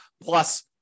plus